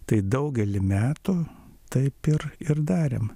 tai daugelį metų taip ir ir darėm